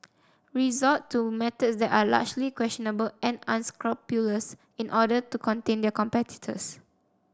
resort to methods that are largely questionable and unscrupulous in order to contain their competitors